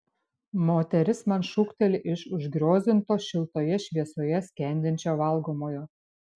moteris man šūkteli iš užgriozdinto šiltoje šviesoje skendinčio valgomojo